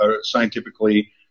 scientifically